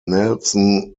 nelson